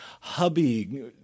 Hubby